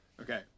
Okay